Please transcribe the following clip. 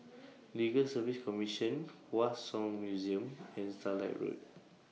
Legal Service Commission Hua Song Museum and Starlight Road